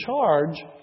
charge